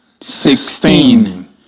sixteen